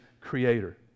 creator